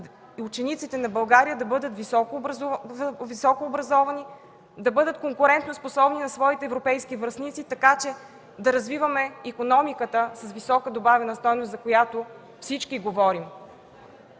учениците на България да бъдат високо образовани, да бъдат конкурентоспособни на своите европейски връстници, така че да развиваме икономиката с висока добавена стойност, за която всички говорим.